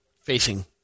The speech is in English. facing